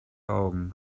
augen